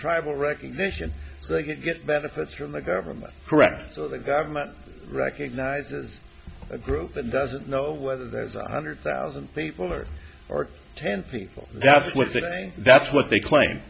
tribal recognition so they can get benefits from the government correct so the government recognizes a group that doesn't know whether there's a hundred thousand people or or ten people that's what they say that's what they claim